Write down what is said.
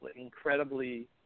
incredibly